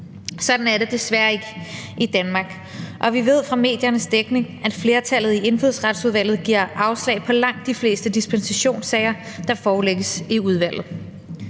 Sådan er det desværre ikke i Danmark, og vi ved fra mediernes dækning, at flertallet i Indfødsretsudvalget giver afslag på langt de fleste dispensationssager, der forelægges i udvalget.